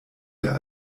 der